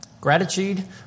Gratitude